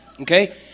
Okay